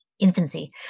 infancy